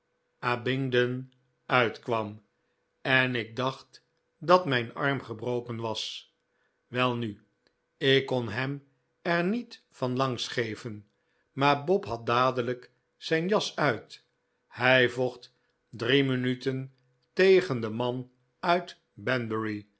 de abingdon uitkwam en ik dacht dat mijn arm gebroken was welnu ik kon hem er niet van langs geven maar bob had dadelijk zijn jas uit hij vocht drie minuten tegen den man uit